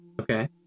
Okay